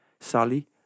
Sally